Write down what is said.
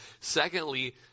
Secondly